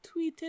tweeted